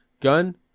Gun